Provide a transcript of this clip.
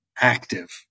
active